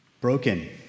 broken